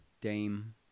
Dame